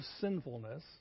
sinfulness